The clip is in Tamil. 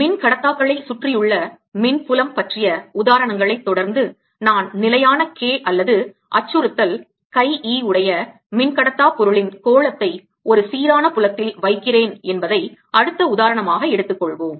மின்கடத்தாக்களை சுற்றியுள்ள மின்புலம் பற்றிய உதாரணங்களை தொடர்ந்து நான் நிலையான K அல்லது அச்சுறுத்தல் chi e உடைய மின்கடத்தா பொருளின் கோளத்தை ஒரு சீரான புலத்தில் வைக்கிறேன் என்பதை அடுத்த உதாரணமாக எடுத்துக்கொள்வோம்